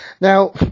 Now